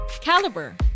Caliber